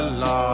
la